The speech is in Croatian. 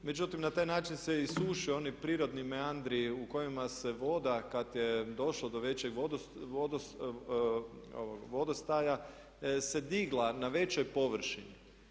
Međutim, na taj način se i isušuju oni prirodni meandri u kojima se voda kad je došlo do većeg vodostaja se digla na većoj površini.